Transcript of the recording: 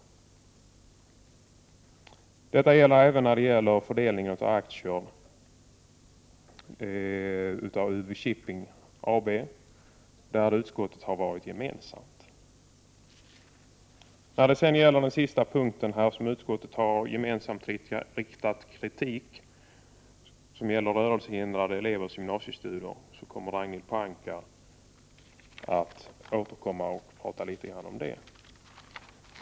Även i fråga om fördelningen av aktier i samband med nyemissionen i UV-Shipping AB har utskottet varit enigt. Den sista punkten som föranlett utskottet att avge enig kritik gäller rörelsehindrade elevers gymnasiestudier, och den kommer Ragnhild Pohanka att prata litet om.